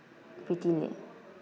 pretty late